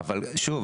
שוב,